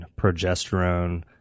progesterone